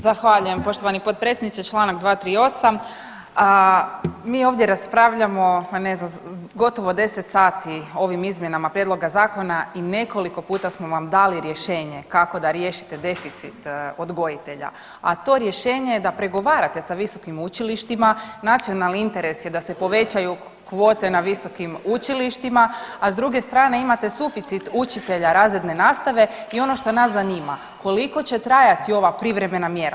Zahvaljujem poštovani potpredsjedniče, čl. 238, mi ovdje raspravljamo, pa ne znam, gotovo 10 sati o ovim izmjenama prijedloga zakona i nekoliko puta smo vam dali rješenje kako da riješite deficit odgojitelja, a to rješenje je da pregovarate sa visokim učilištima, nacionalni interes je da se povećaju kvote na visokim učilištima, a s druge strane imate suficit učitelja razredne nastave i ono što nas zanima, koliko će trajati ova privremena mjera.